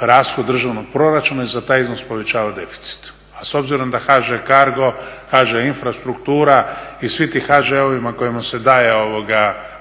rashod državnog proračuna i za taj iznos povećava deficit. A s obzirom da HŽ cargo, HŽ infrastruktura i svi ti HŽ-ovi kojima se daje